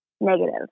negative